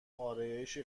ارایشی